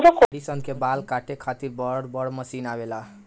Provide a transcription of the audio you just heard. भेड़ी सन के बाल काटे खातिर बड़ बड़ मशीन आवेला